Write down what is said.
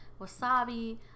Wasabi